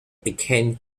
became